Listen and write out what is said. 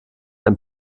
ein